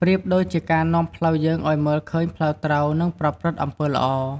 ប្រៀបដូចជាការនាំផ្លូវយើងឲ្យមើលឃើញផ្លូវត្រូវ និងប្រព្រឹត្តអំពើល្អ។